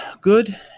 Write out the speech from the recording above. good